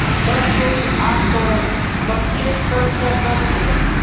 कर चोरी आमतौरत प्रत्यक्ष कर स कर छेक